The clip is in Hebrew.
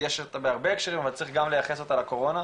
יש עוד הרבה הקשרים אבל צריך גם לייחס אותה לקורונה,